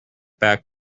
back